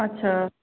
अच्छा